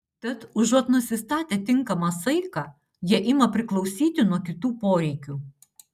tad užuot nusistatę tinkamą saiką jie ima priklausyti nuo kitų poreikių